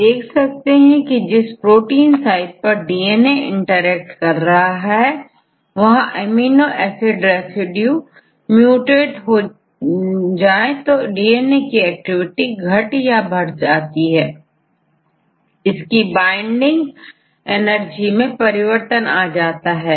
आप देख सकते हैं कि जिस प्रोटीन साइट पर डीएनए इंटरेक्ट कर रहा है वहां एमिनो एसिड रेसिड्यू म्यूटएट हो जाए तो डीएनए की एक्टिविटी घट या बढ़ जाएगी इसकी बाइंडिंग एनर्जी मैं परिवर्तन आ जाता है